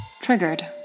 Triggered